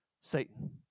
Satan